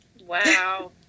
Wow